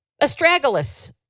Astragalus